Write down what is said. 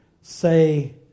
say